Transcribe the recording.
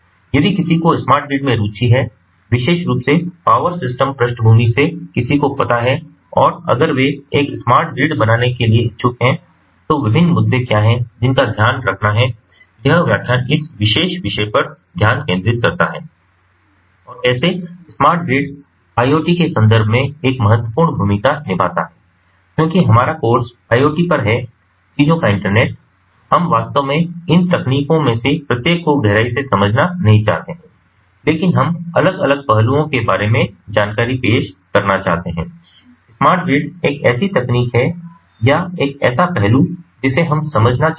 यदि किसी को स्मार्ट ग्रिड में रुचि है विशेष रूप से पावर सिस्टम पृष्ठभूमि से किसी को पता है और अगर वे एक स्मार्ट ग्रिड बनाने के लिए इच्छुक हैं तो विभिन्न मुद्दे क्या हैं जिनका ध्यान रखना है यह व्याख्यान इस विशेष विषय पर ध्यान केंद्रित करता है और कैसे स्मार्ट ग्रिड आईओटी के संदर्भ में एक महत्वपूर्ण भूमिका निभाता है क्योंकि हमारा कोर्स IoT पर है चीजों का इंटरनेट हम वास्तव में इन तकनीकों में से प्रत्येक को गहराई से समझना नहीं चाहते हैं लेकिन हम अलग अलग पहलुओं के बारे में जानकारी पेश करना चाहते हैं स्मार्ट ग्रिड एक ऐसी तकनीक है या एक ऐसा पहलू जिसे हम समझना चाहते थे